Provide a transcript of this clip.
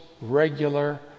regular